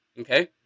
Okay